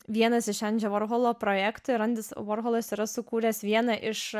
vienas iš endžio vorholo projektų ir endis vorholas yra sukūręs vieną iš